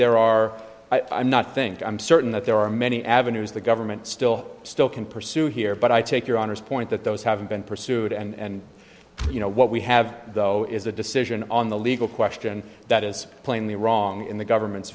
there are i'm not think i'm certain that there are many avenues the government still still can pursue here but i take your honour's point that those haven't been pursued and you know what we have though is a decision on the legal question that is plainly wrong in the government's